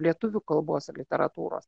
lietuvių kalbos ir literatūros